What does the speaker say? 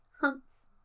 hunts